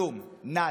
כלום, נאדה.